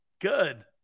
good